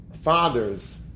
fathers